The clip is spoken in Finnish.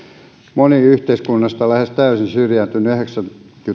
moni yhteiskunnasta lähes täysin syrjäytynyt yhdeksänkymmentä